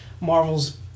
Marvel's